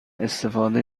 استفاده